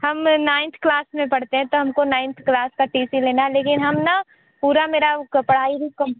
हम ninth class में पढ़ते हैं तो हमको नाइन्थ क्लास का टी सी लेना है लेकिन हम न पूरा मेरा पढ़ाई भी कम्पलीट